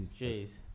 Jeez